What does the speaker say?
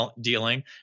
dealing